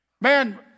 Man